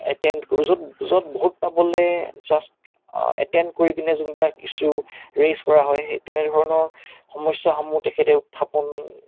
attempt কৰে য'ত য'ত ভোট পাবলৈ জাষ্ট এটেমপ্ট কৰি পেলাই যোনবিলাক ইচ্যু ৰেইজ কৰা হয় তেনেধৰণৰ সমস্যাসমূহ তেখেতে উত্থাপন